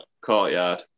Courtyard